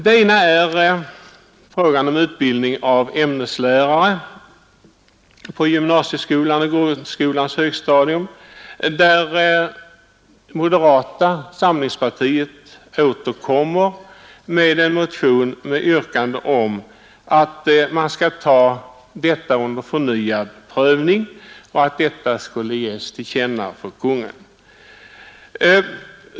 Den ena frågan gäller utbildning av ämneslärare på gymnasieskolan och grundskolans högstadium. När det gäller den frågan återkommer moderata samlingspartiet med en motion med yrkande om att statsmakterna skall ta detta under förnyad prövning och att det skulle ges Kungl. Maj:t till känna.